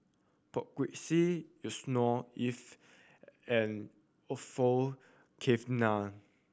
Poh Kay Swee Yusnor Ef and Orfeur Cavenagh